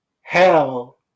hell